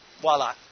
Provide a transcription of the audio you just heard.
voila